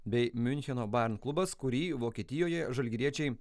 bei miuncheno bayern klubas kurį vokietijoje žalgiriečiai